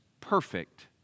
perfect